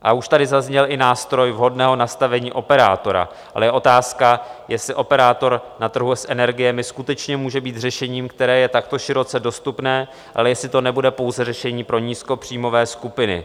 A už tady zazněl i nástroj vhodného nastavení operátora, ale je otázka, jestli operátor na trhu s energiemi skutečně může být řešením, které je takto široce dostupné, a jestli to nebude pouze řešení pro nízkopříjmové skupiny.